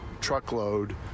truckload